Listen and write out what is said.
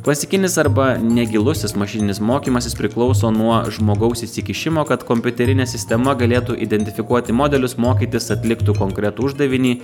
klasikinis arba negilusis mašininis mokymasis priklauso nuo žmogaus įsikišimo kad kompiuterinė sistema galėtų identifikuoti modelius mokytis atlikti konkretų uždavinį